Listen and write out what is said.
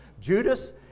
Judas